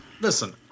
listen